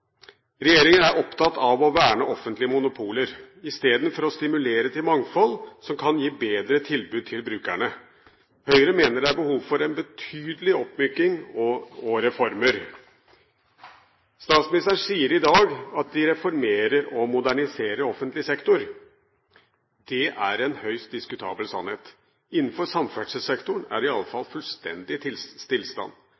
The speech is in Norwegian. Regjeringen er opptatt av å verne offentlige monopoler, istedenfor å stimulere til mangfold, som kan gi bedre tilbud til brukerne. Høyre mener det er behov for en betydelig oppmyking og reformer. Statsministeren sier i dag at de reformerer og moderniserer offentlig sektor. Det er en høyst diskutabel sannhet. Innenfor samferdselssektoren er det